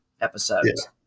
episodes